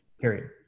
Period